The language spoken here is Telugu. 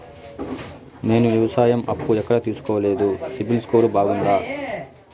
నేను వ్యవసాయం అప్పు ఎక్కడ తీసుకోలేదు, సిబిల్ స్కోరు బాగుందా?